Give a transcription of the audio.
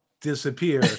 disappear